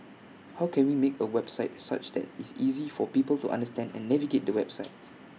how can we make A website such that IT is easy for people to understand and navigate the website